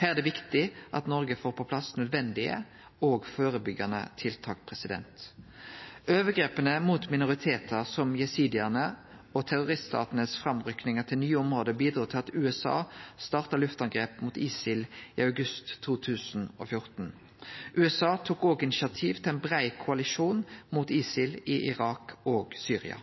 Her er det viktig at Noreg får på plass nødvendige og førebyggjande tiltak. Overgrepa mot minoritetar som jesidiane og framrykkinga til nye område for terrorstaten bidrog til at USA starta luftangrep mot ISIL i august 2014. USA tok òg initiativ til ein brei koalisjon mot ISIL i Irak og Syria.